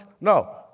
No